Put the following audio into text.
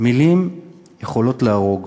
מילים יכולות להרוג.